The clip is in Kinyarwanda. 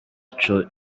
ico